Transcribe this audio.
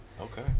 okay